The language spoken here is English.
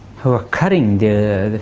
who were cutting their